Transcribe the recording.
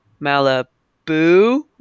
Malibu